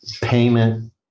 payment